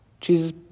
Jesus